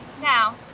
Now